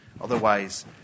Otherwise